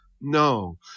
No